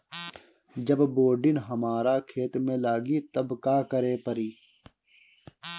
जब बोडिन हमारा खेत मे लागी तब का करे परी?